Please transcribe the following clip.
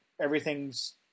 everything's